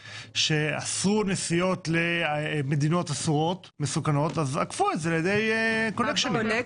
שאסרו נסיעות למדינות אסורות ומסוכנות אז עקפו את זה על-ידי קונקשנים.